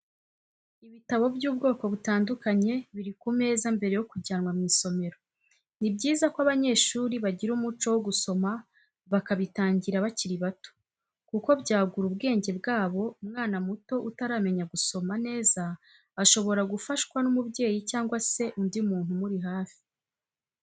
Ibitabo by'ubwoko butandukanye biri ku meza mbere yo kujyanwa mu isomero, ni byiza ko abanyeshuri bagira umuco wo gusoma bakabitangira bakiri bato, kuko byagura ubwenge bwabo, umwana muto utaramenya gusoma neza ashobora gufashwa n'umubyeyi cyangwa se undi muntu umuri hafi.